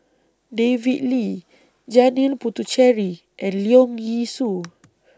David Lee Janil Puthucheary and Leong Yee Soo